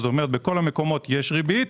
כלומר בכל המקומות יש ריבית,